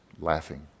laughing